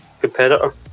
competitor